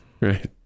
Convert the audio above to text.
right